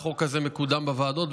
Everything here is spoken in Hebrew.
החוק הזה מקודם בוועדות,